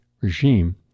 regime